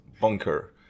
bunker